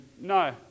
no